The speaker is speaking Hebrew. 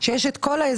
שם יש את כל ההסבר,